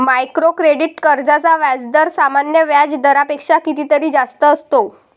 micro credit कर्जांचा व्याजदर सामान्य व्याज दरापेक्षा कितीतरी जास्त असतो